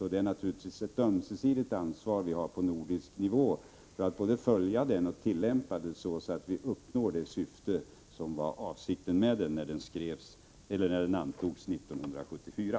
Vi har naturligtvis ett ömsesidigt ansvar på nordisk nivå för att både följa och tillämpa konventionen så att vi uppnår det syfte som var avsikten med konventionen när den antogs 1974.